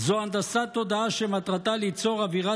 זה הנדסת תודעה שמטרתה ליצור אווירה